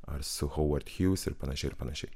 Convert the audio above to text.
ar su hovard hjūz ir panašiai ir panašiai